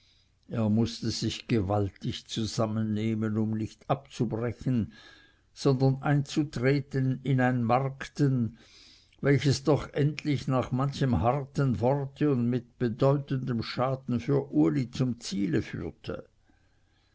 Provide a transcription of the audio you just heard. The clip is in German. er mußte gewaltig sich zusammennehmen um nicht abzubrechen sondern einzutreten in ein markten welches doch endlich nach manchem harten worte und mit bedeutendem schaden für uli zum ziele führte